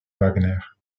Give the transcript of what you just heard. wagner